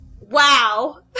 Wow